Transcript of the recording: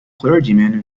clergyman